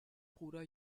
bruder